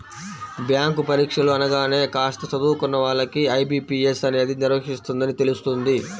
bank పరీక్షలు అనగానే కాస్త చదువుకున్న వాళ్ళకు ఐ.బీ.పీ.ఎస్ అనేది నిర్వహిస్తుందని తెలుస్తుంది